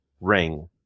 ring